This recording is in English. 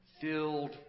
filled